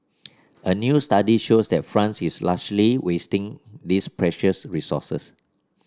a new study shows that France is largely wasting this precious resources